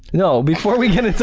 no, before we get